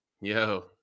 Yo